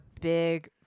big